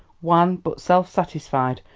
wan but self-satisfied,